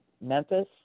Memphis